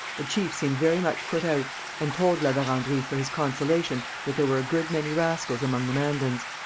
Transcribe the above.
the chief seemed very much put out and told la verendrye for his consolation that there were a good many rascals among the mandans.